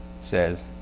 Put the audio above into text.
says